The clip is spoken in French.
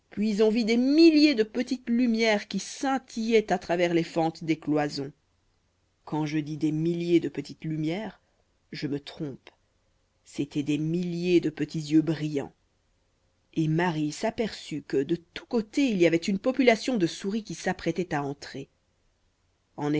puis on vit des milliers de petites lumières qui scintillaient à travers les fentes des cloisons quand je dis des milliers de petites lumières je me trompe c'étaient des milliers de petits yeux brillants et marie s'aperçut que de tous côtés il y avait une population de souris qui s'apprêtait à entrer en